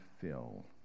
fill